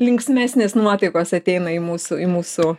linksmesnės nuotaikos ateina į mūsų į mūsų